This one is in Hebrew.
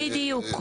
בדיוק.